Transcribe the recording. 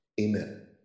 Amen